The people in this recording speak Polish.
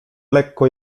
lekko